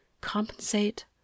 compensate